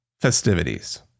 festivities